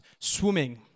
swimming